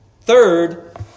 Third